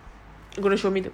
gotta show me